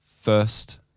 first